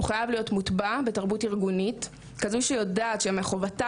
הוא חייב להיות מוטבע בתרבות ארגונית שיודעת שחובתה